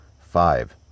Five